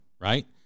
right